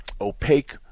opaque